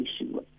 issue